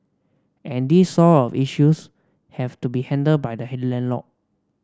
and these sort of issues have to be handled by the landlord